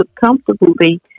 comfortably